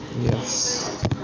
Yes